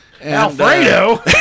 Alfredo